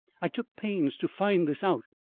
i took pains to find this out.